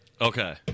Okay